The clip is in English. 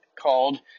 called